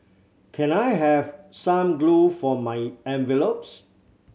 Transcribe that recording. can I have some glue for my envelopes